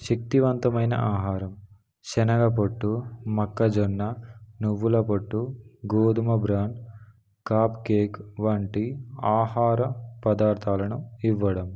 శక్తివంతమైన ఆహారం శనగ పట్టు మొక్కజొన్న నువ్వుల పట్టు గోధుమ బ్రాన్ కాప్ కేక్ వంటి ఆహార పదార్థాలను ఇవ్వడం